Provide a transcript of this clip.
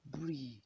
Breathe